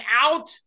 out